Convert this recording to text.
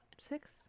Six